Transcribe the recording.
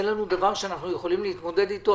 אין לנו דבר שאנחנו יכולים להתמודד איתו,